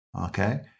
okay